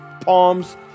Palms